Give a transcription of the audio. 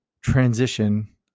transition